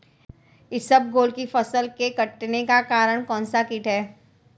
इसबगोल की फसल के कटने का कारण कौनसा कीट है?